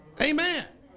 Amen